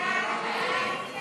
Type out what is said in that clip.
חוק ביטוח בריאות ממלכתי